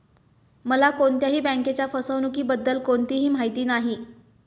मला कोणत्याही बँकेच्या फसवणुकीबद्दल कोणतीही माहिती नाही